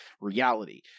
reality